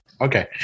Okay